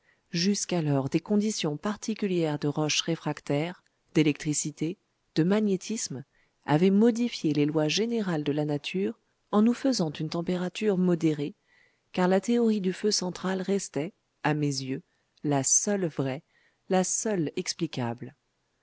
jusqu'alors des conditions particulières de roches réfractaires d'électricité de magnétisme avaient modifié les lois générales de la nature en nous faisant une température modérée car la théorie du feu central restait à mes yeux la seule vraie la seule explicable